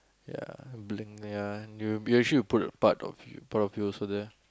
ya blink ya you actually you put a part of part of you also there